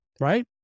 right